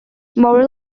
more